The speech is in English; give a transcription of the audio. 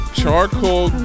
charcoal